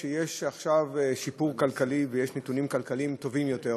יש עכשיו שיפור כלכלי ויש נתונים כלכליים טובים יותר,